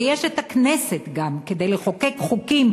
ויש הכנסת גם כדי לחוקק חוקים,